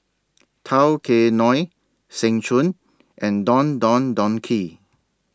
Tao Kae Noi Seng Choon and Don Don Donki